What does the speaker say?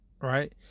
right